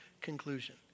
conclusion